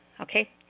Okay